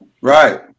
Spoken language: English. Right